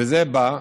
וזה בא,